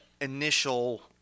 initial